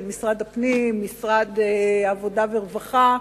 העבודה והרווחה,